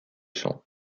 champs